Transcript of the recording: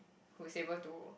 who is able to